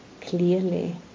clearly